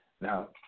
Now